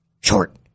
short